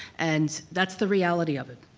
and that's the reality of it.